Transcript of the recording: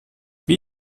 wie